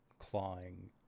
Clawing